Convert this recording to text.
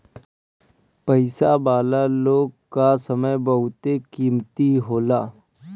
पईसा वाला लोग कअ समय बहुते कीमती होला